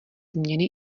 změny